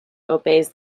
obeys